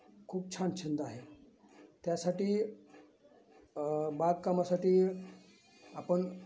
खूप छान छंद आहे त्यासाठी बागकामासाठी आपण